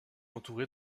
entouré